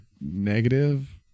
negative